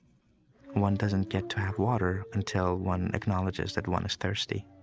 one doesn't get to have water until one acknowledges that one is thirsty.